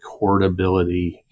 recordability